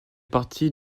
partie